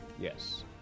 Yes